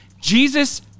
Jesus